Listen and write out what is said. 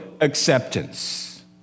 acceptance